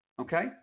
Okay